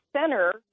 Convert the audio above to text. center